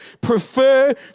prefer